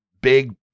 big